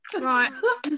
Right